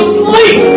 sleep